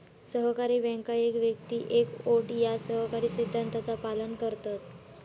सहकारी बँका एक व्यक्ती एक वोट या सहकारी सिद्धांताचा पालन करतत